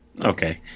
Okay